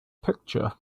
picture